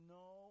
no